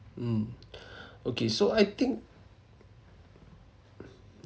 mm okay so I think